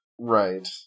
Right